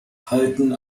halten